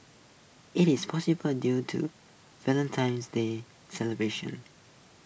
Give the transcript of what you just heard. IT is probably due to Valentine's day celebrations